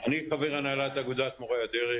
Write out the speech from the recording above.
אני חבר הנהלת אגודת מורי הדרך.